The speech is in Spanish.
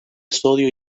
sodio